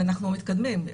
ואנחנו מתקדמים.